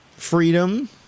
Freedom